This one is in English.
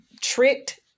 tricked